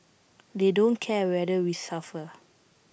they don't care whether we suffer